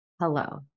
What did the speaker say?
Hello